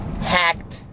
hacked